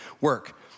work